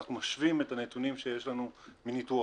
ואנחנו משווים את הנתונים שיש לנו מניטור